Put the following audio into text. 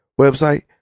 website